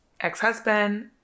ex-husband